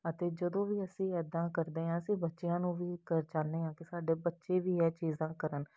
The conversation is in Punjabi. ਅਤੇ ਜਦੋਂ ਵੀ ਅਸੀਂ ਇੱਦਾਂ ਕਰਦੇ ਹਾਂ ਅਸੀਂ ਬੱਚਿਆਂ ਨੂੰ ਵੀ ਕਰ ਚਾਹੁੰਦੇ ਹਾਂ ਕਿ ਸਾਡੇ ਬੱਚੇ ਵੀ ਇਹ ਚੀਜ਼ਾਂ ਕਰਨ